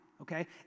okay